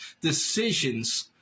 decisions